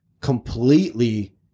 completely